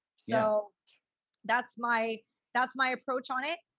so that's my that's my approach on it.